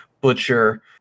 Butcher